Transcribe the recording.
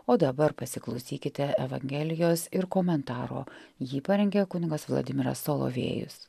o dabar pasiklausykite evangelijos ir komentaro jį parengė kunigas vladimiras solovėjus